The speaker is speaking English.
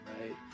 right